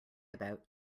about